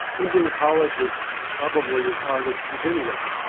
ending college is probably as hard as beginning it.